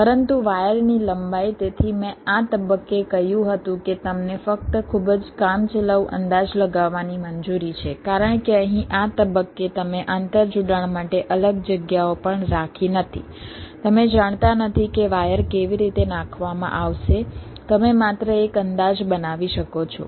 પરંતુ વાયરની લંબાઈ તેથી મેં આ તબક્કે કહ્યું હતું કે તમને ફક્ત ખૂબ જ કામચલાઉ અંદાજ લગાવવાની મંજૂરી છે કારણ કે અહીં આ તબક્કે તમે આંતરજોડાણ માટે અલગ જગ્યાઓ પણ રાખી નથી તમે જાણતા નથી કે વાયર કેવી રીતે નાખવામાં આવશે તમે માત્ર એક અંદાજ બનાવી શકો છો